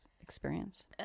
experience